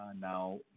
Now